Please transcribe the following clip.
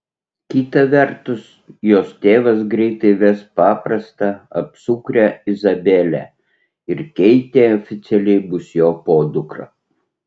kita vertus jos tėvas greitai ves paprastą apsukrią izabelę ir keitė oficialiai bus jo podukra